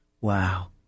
Wow